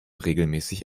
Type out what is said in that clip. regelmäßig